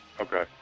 Okay